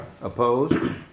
Opposed